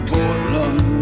Portland